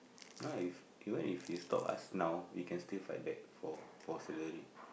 nice even if you stop us now we can still fight back for for salary